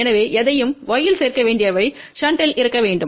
எனவே எதையும் y இல் சேர்க்க வேண்டியவை ஷண்டில் இருக்க வேண்டும்